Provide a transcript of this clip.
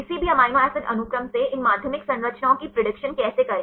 किसी भी amino acid अनुक्रम से इन माध्यमिक संरचनाओं की प्रेडिक्शन कैसे करें